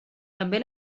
també